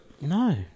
No